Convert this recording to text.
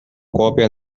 cópia